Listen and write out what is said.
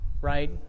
right